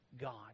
God